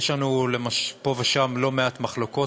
יש לנו פה ושם לא מעט מחלוקות,